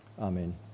Amen